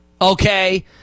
okay